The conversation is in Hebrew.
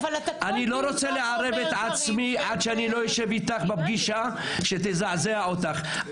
אני לא רוצה לערב את עצמי עד שאני לא אשב איתך בפגישה שתזעזע אותך.